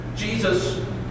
Jesus